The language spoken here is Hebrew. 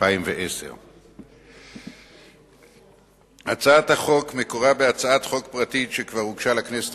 התש"ע 2010. הצעת החוק מקורה בהצעת חוק פרטית שכבר הוגשה לכנסת